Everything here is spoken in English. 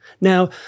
Now